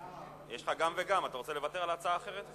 יש לך גם וגם, אתה רוצה לוותר על ההצעה האחרת?